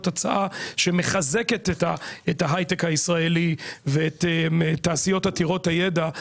הצעה שמחזקת את ההייטק הישראלי ואת התעשיות עתירות הידע,